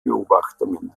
beobachtungen